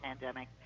pandemic